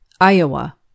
Iowa